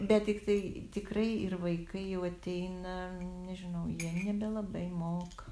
bet tiktai tikrai ir vaikai jau ateina nežinau jie nebelabai moka